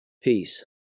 Peace